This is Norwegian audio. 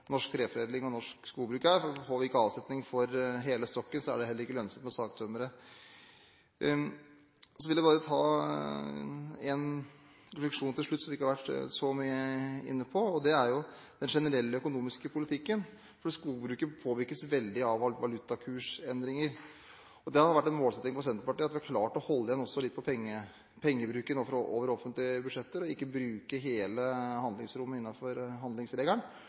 norsk treforedling og norsk skogbruk er, for får vi ikke avsetning for hele stokken, er det heller ikke lønnsomt med sagtømmeret. Så vil jeg bare ta et forhold til slutt som vi ikke har vært så mye inne på, og det går på den generelle økonomiske politikken, for skogbruket påvirkes veldig av valutakursendringer. Det har vært en målsetting for Senterpartiet å klare å holde igjen litt på pengebruken over offentlige budsjetter og ikke bruke hele handlingsrommet innenfor handlingsregelen.